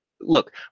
Look